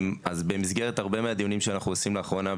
במסגרת הרבה מהדיונים שאנחנו עושים לאחרונה,